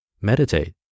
meditate